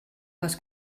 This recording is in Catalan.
les